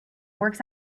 works